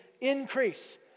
increase